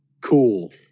cool